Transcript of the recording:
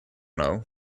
know